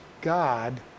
God